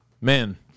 man